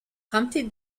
humpty